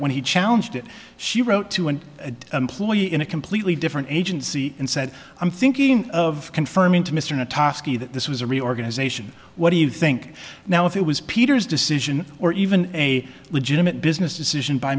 when he challenged it she wrote to an employee in a completely different agency and said i'm thinking of confirming to mr natonski that this was a reorganization what do you think now if it was peter's decision or even a legitimate business decision by